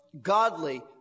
godly